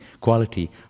quality